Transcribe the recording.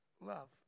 love